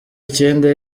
icyenda